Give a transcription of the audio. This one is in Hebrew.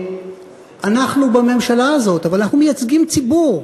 אנחנו בממשלה הזאת, אבל אנחנו מייצגים ציבור.